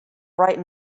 bright